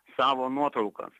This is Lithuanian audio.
savo nuotraukas